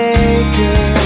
Maker